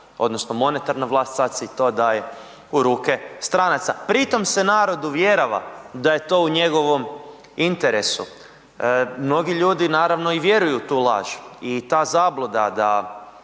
odnosno monetarna vlast, sad se i to daje u ruke stranaca. Pri tome se narod uvjerava da je to u njegovom interesu. Mnogi ljudi naravno i vjeruju u tu laž i ta zabluda da